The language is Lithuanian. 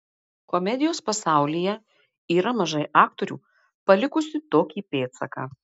komedijos pasaulyje yra mažai aktorių palikusių tokį pėdsaką